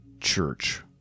Church